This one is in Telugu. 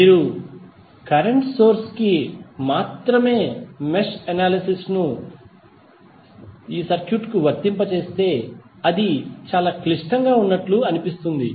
మీరు కరెంట్ సోర్స్ కి మాత్రమే మెష్ అనాలిసిస్ ను సర్క్యూట్ కు వర్తింపజేస్తే అది చాలా క్లిష్టంగా ఉన్నట్లు అనిపిస్తుంది